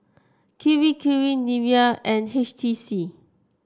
Kirei Kirei Nivea and H T C